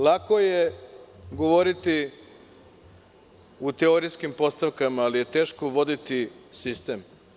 Lako je govoriti u teorijskim postavkama, ali je teško voditi sistem.